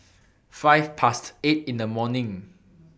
five Past eight in The morning